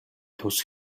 тус